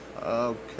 Okay